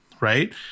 right